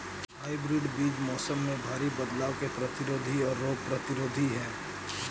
hybrid बीज मौसम में भारी बदलाव के प्रतिरोधी और रोग प्रतिरोधी हैं